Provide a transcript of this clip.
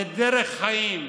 זה דרך חיים.